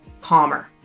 calmer